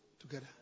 together